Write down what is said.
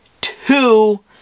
two